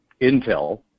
Intel